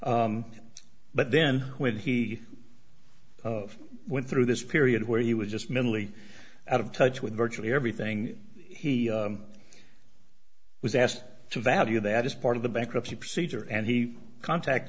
instructions but then when he went through this period where he was just mentally out of touch with virtually everything he was asked to value that is part of the bankruptcy procedure and he contact